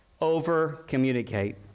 Over-communicate